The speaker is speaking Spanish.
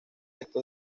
estos